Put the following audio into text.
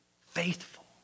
faithful